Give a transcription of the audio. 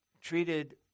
treated